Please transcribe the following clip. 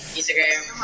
Instagram